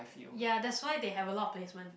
ya that's why they have a lot of placement